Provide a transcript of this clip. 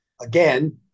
again